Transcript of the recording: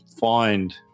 find